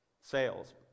sales